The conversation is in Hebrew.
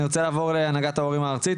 אני רוצה לעבור להנהגת ההורים הארצית,